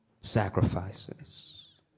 sacrifices